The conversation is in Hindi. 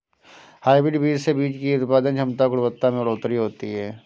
हायब्रिड बीज से बीज की उत्पादन क्षमता और गुणवत्ता में बढ़ोतरी होती है